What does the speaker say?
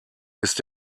ist